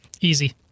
Easy